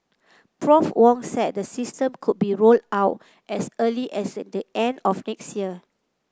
Prof Wong said the system could be rolled out as early as the end of next year